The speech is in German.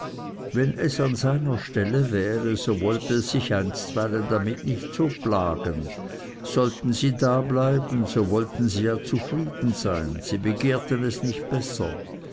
wenn es an seiner stelle wäre so wollte es sich einstweilen damit nicht so plagen sollten sie dableiben so wollten sie ja zufrieden sein sie begehrten es nicht besser